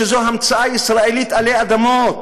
שזו המצאה ישראלית עלי אדמות.